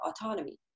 autonomy